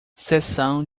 seção